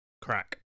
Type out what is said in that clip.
crack